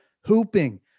hooping